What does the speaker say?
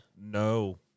No